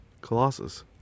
Colossus